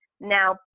Now